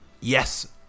yes